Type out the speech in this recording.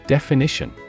Definition